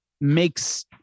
makes